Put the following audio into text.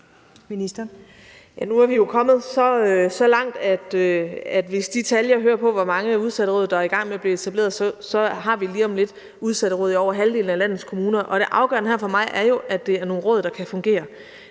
Nu er vi jo kommet så langt, at jeg kan se af tallene, hvor mange udsatteråd der er, og lige om lidt har vi udsatteråd i over halvdelen af landets kommuner. Det afgørende her er jo for mig, at det er nogle råd, der kan fungere.